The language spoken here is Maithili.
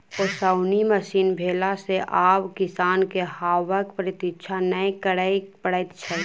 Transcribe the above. ओसौनी मशीन भेला सॅ आब किसान के हवाक प्रतिक्षा नै करय पड़ैत छै